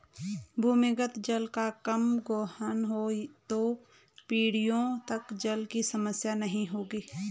भूमिगत जल का कम गोहन हो तो पीढ़ियों तक जल की समस्या नहीं होगी